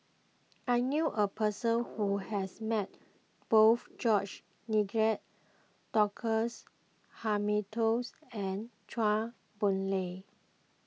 I knew a person who has met both George Nigel Douglas Hamiltons and Chua Boon Lay